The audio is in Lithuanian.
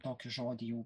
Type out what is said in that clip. tokį žodį jau